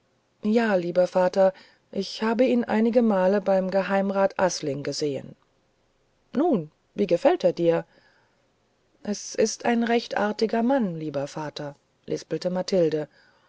ja lieber vater ich habe ihn einige male beim geheimerat asling gesehen nun wie gefällt er dir es ist ein recht artiger mann lieber vater lispelte mathilde